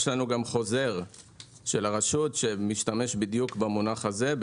יש לנו גם חוזר של הרשות שמשתמש בדיוק במונח הזה,